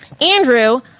Andrew